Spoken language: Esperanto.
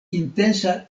intensa